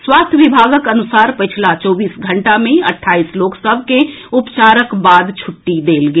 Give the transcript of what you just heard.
स्वास्थ्य विभागक अनुसार पछिला चौबीस घंटा मे अट्ठाईस लोक सभ के उपचारक बाद छुट्टी देल गेल